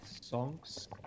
songs